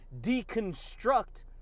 deconstruct